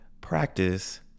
practice